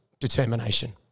determination